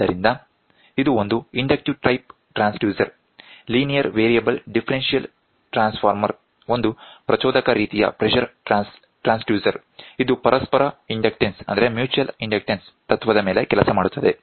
ಆದ್ದರಿಂದ ಇದು ಒಂದು inductive type transducer linear variable differential transformer ಒಂದು ಪ್ರಚೋದಕ ರೀತಿಯ ಪ್ರೆಶರ್ ಟ್ರಾನ್ಸ್ಡ್ಯೂಸರ್ ಇದು ಪರಸ್ಪರ ಇಂಡಕ್ಟೆನ್ಸ್ ತತ್ವದ ಮೇಲೆ ಕೆಲಸ ಮಾಡುತ್ತದೆ